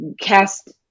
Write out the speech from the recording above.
cast